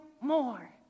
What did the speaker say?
more